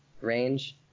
range